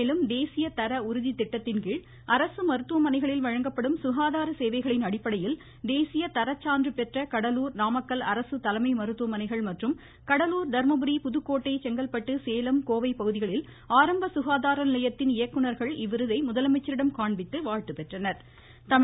மேலும் தேசிய தர உறுதி திட்டத்தின்கீழ் அரசு மருத்துவமனைகளில் வழங்கப்படும் சுகாதார சேவைகளின் அடிப்படையில் தேசிய தரச்சான்று பெற்ற கடலூர் நாமக்கல் அரசு தலைமை மருத்துவமனைகள் மற்றும் கடலூர் தர்மபுரி புதுக்கோட்டை செங்கல்பட்டு சேலம் கோவை பகுதிகளில் ஆரம்ப சுகாதார நிலையத்தின் இயக்குநர்கள் இவ்விருதை முதலமைச்சரிடம் காண்பித்து வாழ்த்து பெற்றனர்